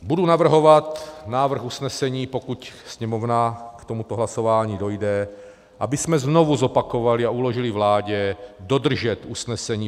Budu navrhovat návrh usnesení, pokud Sněmovna k tomuto hlasování dojde, abychom znovu zopakovali a uložili vládě dodržet usnesení